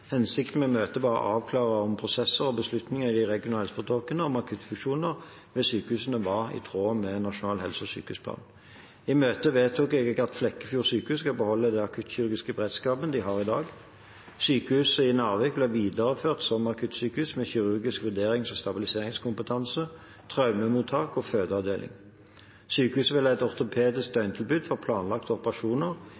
Hensikten med møtet var å avklare om prosesser og beslutninger i de regionale helseforetakene om akuttfunksjoner ved sykehusene var i tråd med Nasjonal helse- og sykehusplan. I møtet vedtok jeg at Flekkefjord sykehus skal beholde den akuttkirurgiske beredskapen de har i dag. Sykehuset i Narvik ble videreført som akuttsykehus med kirurgisk vurderings- og stabiliseringskompetanse, traumemottak og fødeavdeling. Sykehuset vil ha et ortopedisk